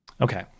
Okay